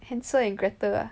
Hansel and Gretel ah